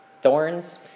thorns